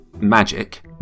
magic